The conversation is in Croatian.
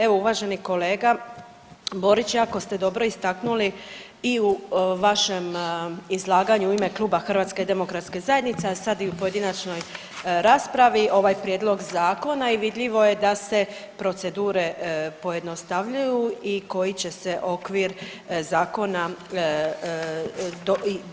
Evo uvaženi kolega Borić, jako ste dobro istaknuli i u vašem izlaganju u ime Kluba HDZ-a, a sad i u pojedinačnoj raspravi ovaj prijedlog zakona i vidljivo je da se procedure pojednostavljuju i koji će se okvir zakona,